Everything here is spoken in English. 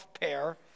pair